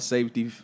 Safety